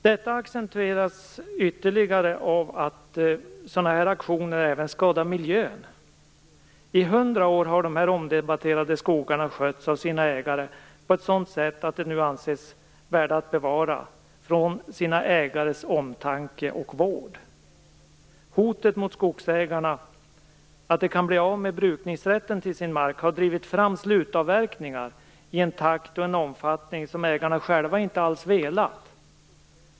Oron accentueras ytterligare av att den här typen av aktioner även skadar miljön. I hundra år har dessa omdebatterade skogar skötts med en sådan omtanke och vård av sina ägare att de nu anses värda att bevara. Hotet mot skogsägarna, att de kan bli av med brukningsrätten av sin mark, har drivit fram slutavverkningar i en takt och omfattning som ägarna själva inte alls har velat.